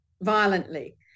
violently